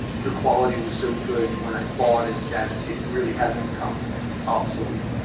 the quality was so good when i bought it that it really hasn't become obsolete.